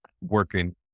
working